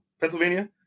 pennsylvania